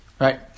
Right